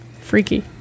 Freaky